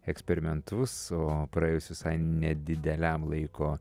eksperimentus o praėjus visai nedideliam laiko